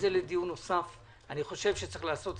אני מציע.